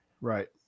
right